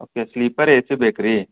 okay sleeper A C ಬೇಕಾ ರೀ